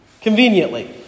Conveniently